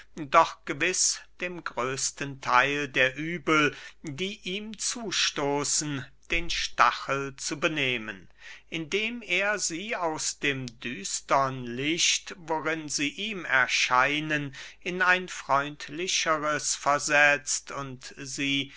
doch gewiß dem größten theil der übel die ihm zustoßen den stachel zu benehmen indem er sie aus dem düstern licht worin sie ihm erscheinen in ein freundlicheres versetzt und sie